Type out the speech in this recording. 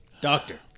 Doctor